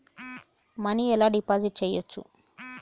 Money ఎలా deposit చేయచ్చు?